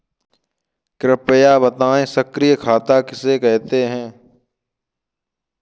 कृपया बताएँ सक्रिय खाता किसे कहते हैं?